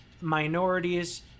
minorities